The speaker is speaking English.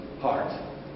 heart